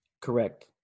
Correct